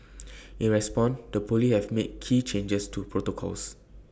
in response the Police have made key changes to protocols